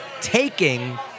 taking